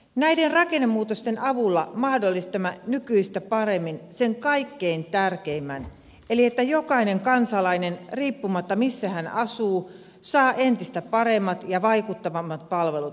näiden rakennemuutosten avulla mahdollistamme nykyistä paremmin sen kaikkein tärkeimmän eli sen että jokainen kansalainen riippumatta siitä missä asuu saa entistä paremmat ja vaikuttavammat palvelut